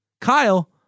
Kyle